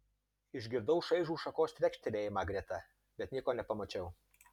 išgirdau šaižų šakos trekštelėjimą greta bet nieko nepamačiau